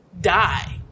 die